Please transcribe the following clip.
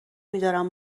میدارم